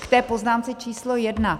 K té poznámce číslo jedna.